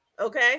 Okay